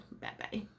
Bye-bye